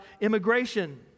immigration